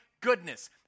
goodness